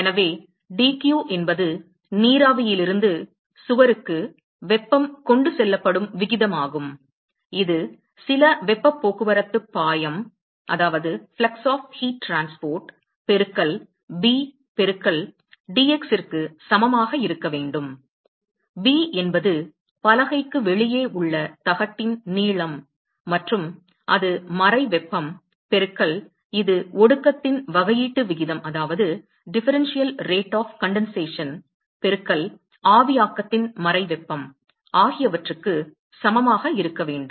எனவே dq என்பது நீராவியிலிருந்து சுவருக்கு வெப்பம் கொண்டு செல்லப்படும் விகிதமாகும் இது சில வெப்பப் போக்குவரத்து பாயம் பெருக்கல் b பெருக்கல் dx ற்கு சமமாக இருக்க வேண்டும் b என்பது பலகைக்கு வெளியே உள்ள தகட்டின் நீளம் மற்றும் அது மறை வெப்பம் பெருக்கல் இது ஒடுக்கத்தின் வகையீட்டு விகிதம் பெருக்கல் ஆவியாக்கத்தின் மறை வெப்பம் ஆகியவற்றுக்கு சமமாக இருக்க வேண்டும்